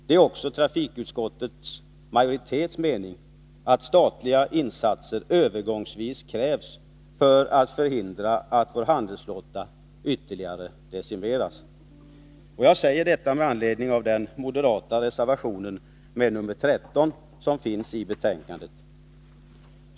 Det är också trafikutskottets majoritets mening att statliga insatser övergångsvis krävs för att förhindra att vår handelsflotta ytterligare decimeras. Jag säger detta med anledning av den moderata reservationen nr 13 i betänkandet.